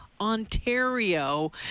Ontario